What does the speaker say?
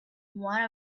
one